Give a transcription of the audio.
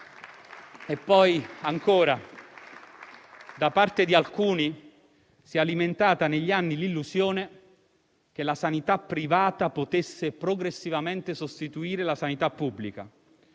E poi, ancora, da parte di alcuni si è alimentata negli anni l'illusione che la sanità privata potesse progressivamente sostituire la sanità pubblica.